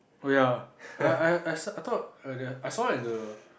oh ya I I I se~ I thought earlier I saw at the